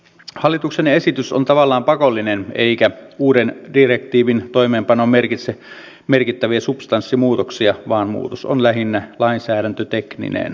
hallituksen esitys on tavallaan pakollinen eikä uuden direktiivin toimeenpano merkitse merkittäviä substanssimuutoksia vaan muutos on lähinnä lainsäädäntötekninen